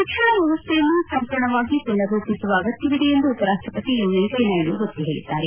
ಶಿಕ್ಷಣ ವ್ಯವಸ್ಥೆಯನ್ನು ಸಂಪೂರ್ಣವಾಗಿ ಮನರ್ ರೂಪಿಸುವ ಅಗತ್ತವಿದೆ ಎಂದು ಉಪರಾಷ್ಟಪತಿ ಎಂ ವೆಂಕಯ್ಯನಾಯ್ಡು ಒತ್ತಿ ಹೇಳಿದ್ದಾರೆ